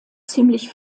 ziemlich